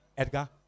Edgar